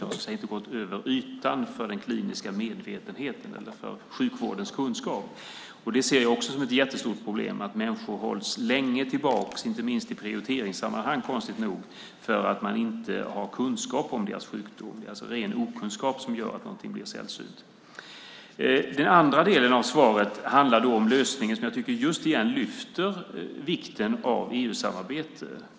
Det har så att säga inte gått över ytan för den kliniska medvetenheten eller sjukvårdens kunskap. Det ser jag också som ett jättestort problem: att människor hålls tillbaka länge, inte minst i prioriteringssammanhang, konstigt nog, för att man inte har kunskap om deras sjukdom. Det är alltså ren okunskap som gör att något blir sällsynt. Den andra delen av svaret handlar om lösningen, och den lyfter fram vikten av EU-samarbete.